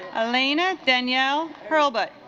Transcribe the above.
elena's danielle hurlbut